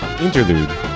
Interlude